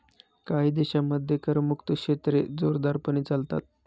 काही देशांमध्ये करमुक्त क्षेत्रे जोरदारपणे चालतात